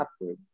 upward